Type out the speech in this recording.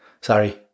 Sorry